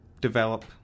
develop